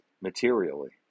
materially